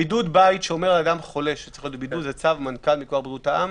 בידוד הבית זה צו מנכ"ל מכוח פקודת בריאות העם.